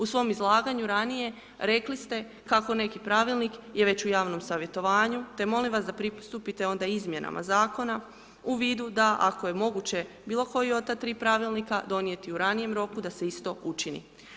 U svom izlaganju ranije rekli ste kako neki pravilnik je već u javnom savjetovanju te molim vas da pristupite onda izmjenama zakona u vidu da ako je moguće bilo koji od ta tri pravilnika donijeti u ranijem roku da se isto učini.